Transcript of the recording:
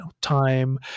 time